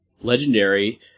Legendary